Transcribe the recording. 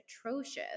atrocious